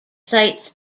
sites